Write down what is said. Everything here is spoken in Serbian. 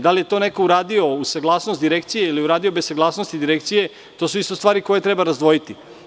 Da li je to neko uradio uz saglasnost Direkcije ili je uradio bez saglasnosti Direkcije, to su isto stvari koje treba razdvojiti.